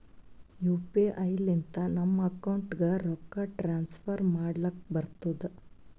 you P I ಲಿಂತ ನಮ್ ಅಕೌಂಟ್ಗ ರೊಕ್ಕಾ ಟ್ರಾನ್ಸ್ಫರ್ ಮಾಡ್ಲಕ್ ಬರ್ತುದ್